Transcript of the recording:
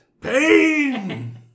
Pain